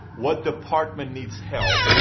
what department needs help,